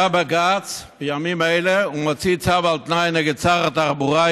בא בג"ץ בימים אלה ומוציא צו על תנאי נגד שר התחבורה,